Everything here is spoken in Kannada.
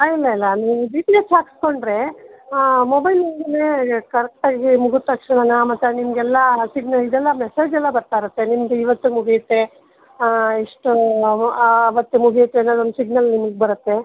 ಅಲ್ಲಲ್ಲ ನೀವು ಡಿ ಟಿ ಎಚ್ ಹಾಕಿಸ್ಕೊಂಡ್ರೆ ಮೊಬೈಲಿಂದಲೇ ಕರೆಕ್ಟಾಗಿ ಮುಗಿದ ತಕ್ಷಣವೇ ಆ ಮತ್ತು ನಿಮಗೆಲ್ಲ ಸಿಗ್ನಲ್ ಇದೆಲ್ಲ ಮೆಸೇಜ್ ಎಲ್ಲ ಬರ್ತಾ ಇರುತ್ತೆ ನಿಮ್ಮದು ಇವತ್ತು ಮುಗಿಯುತ್ತೆ ಹಾಂ ಇಷ್ಟು ಹೊತ್ತು ಮುಗಿಯುತ್ತೆ ಅನ್ನೊದೊಂದು ಸಿಗ್ನಲ್ ನಿಮಗೆ ಬರುತ್ತೆ